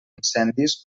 incendis